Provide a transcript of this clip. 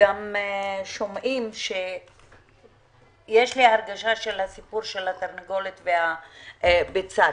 ויש לי הרגשה כמו בסיפור על התרנגולת והביצה.